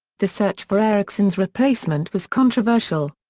the search for eriksson's replacement was controversial.